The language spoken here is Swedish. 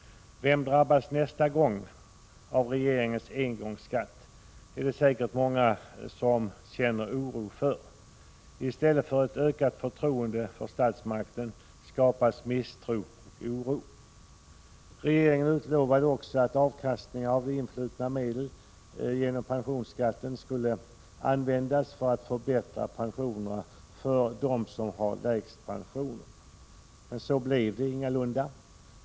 Vem drabbas nästa gång av regeringens engångsskatt? Det är det säkert många som känner oro för. I stället för ett ökat förtroende för statsmakten skapas misstro och oro. Regeringen lovade också att avkastning av influtna medel genom pensionsskatten skulle användas för att förbättra pensionerna för dem som har lägst pension. Men så blev det ingalunda.